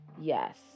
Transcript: Yes